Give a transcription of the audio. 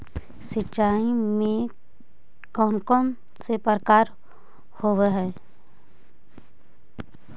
सिंचाई के कौन कौन से प्रकार होब्है?